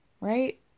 right